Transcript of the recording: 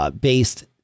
based